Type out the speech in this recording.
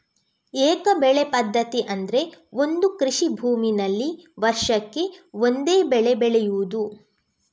ಏಕ ಬೆಳೆ ಪದ್ಧತಿ ಅಂದ್ರೆ ಒಂದು ಕೃಷಿ ಭೂಮಿನಲ್ಲಿ ವರ್ಷಕ್ಕೆ ಒಂದೇ ಬೆಳೆ ಬೆಳೆಯುದು